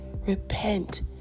repent